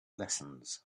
lessons